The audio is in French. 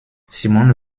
simone